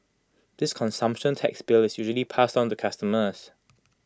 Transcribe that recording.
this consumption tax bill is usually passed on to customers